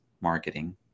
marketing